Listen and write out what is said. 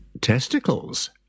Testicles